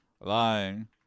lying